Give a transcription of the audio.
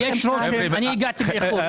הגעתי באיחור.